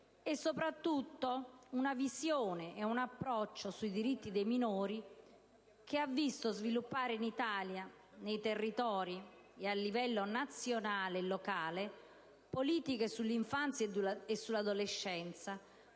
e soprattutto una visione ed un approccio sui diritti dei minori che ha visto sviluppare in Italia, a livello nazionale e locale, politiche sull'infanzia e sull'adolescenza